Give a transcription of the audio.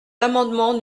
l’amendement